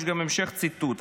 יש גם המשך ציטוט.